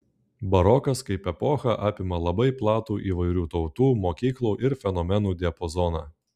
barokas kaip epocha apima labai platų įvairių tautų mokyklų ir fenomenų diapazoną